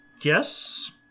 Yes